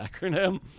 acronym